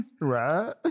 right